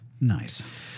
Nice